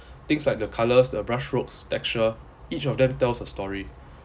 things like the colors the brush strokes texture each of them tells a story